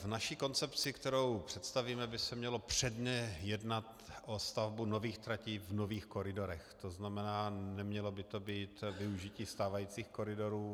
V naší koncepci, kterou představíme, by se mělo předně jednat o stavbu nových tratí v nových koridorech, to znamená, nemělo by to být využití stávajících koridorů.